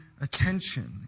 attention